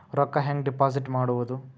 ರೊಕ್ಕ ಹೆಂಗೆ ಡಿಪಾಸಿಟ್ ಮಾಡುವುದು?